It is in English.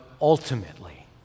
ultimately